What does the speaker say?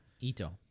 Ito